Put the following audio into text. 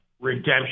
Redemption